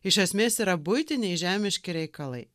iš esmės yra buitiniai žemiški reikalai